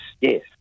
yes